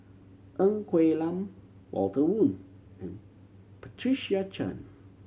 Ng Quee Lam Walter Woon and Patricia Chan